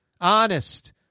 Honest